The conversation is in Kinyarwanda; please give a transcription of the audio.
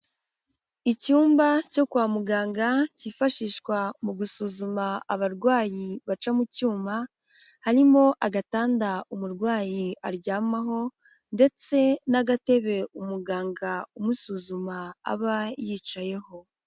Icyumba cyo kwa muganga kifashishwa mu gusuzuma abarwayi baca mu cyuma, harimo agatanda umurwayi aryamaho ndetse n'agatebe umuganga umusuzuma aba yicayeho.